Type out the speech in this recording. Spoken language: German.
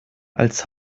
als